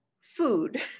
food